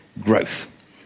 growth